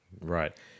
right